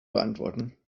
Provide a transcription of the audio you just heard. beantworten